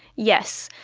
yes.